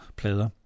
plader